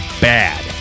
bad